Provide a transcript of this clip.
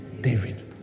David